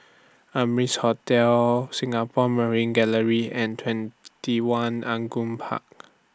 Amrise Hotel Singapore Marine Gallery and TwentyOne Park